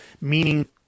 meaning